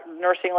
nursing